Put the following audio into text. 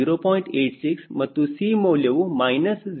86 ಮತ್ತು C ಮೌಲ್ಯವು minus 0